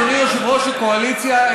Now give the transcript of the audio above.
אדוני יושב-ראש הקואליציה,